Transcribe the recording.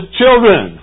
children